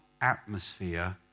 atmosphere